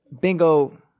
Bingo